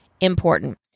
important